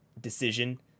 decision